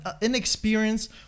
inexperienced